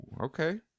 Okay